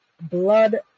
blood